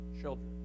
children